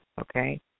Okay